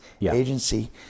Agency